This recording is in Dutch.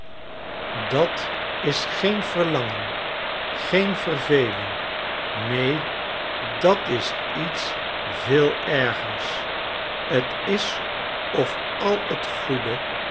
dat is geen verlangen geen verveling neen dat is iets veel ergers t is of al het goede